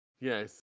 Yes